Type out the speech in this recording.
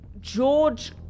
George